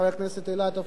חבר הכנסת אילטוב,